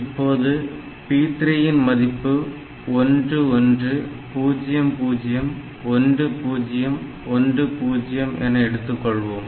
இப்பொழுது P3 இன் மதிப்பு 1 1 0 0 1 0 1 0 என எடுத்துக் கொள்வோம்